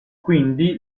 quindi